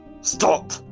Stop